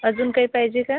अजून काही पाहिजे का